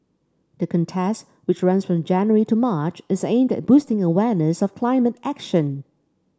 the contest which runs from January to March is aimed at boosting awareness of climate action